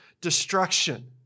destruction